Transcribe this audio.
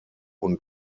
und